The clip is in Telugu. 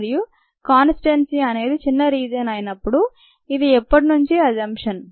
మరియు కాన్స్టన్సీ అనేది చిన్న రిజియన్ అయినప్పడు ఇది ఎప్పడు మంచి అసమ్ప్షన్